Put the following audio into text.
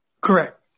Correct